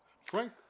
Frank